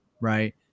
Right